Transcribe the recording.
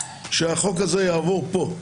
שהחוק הזה יעבור פה,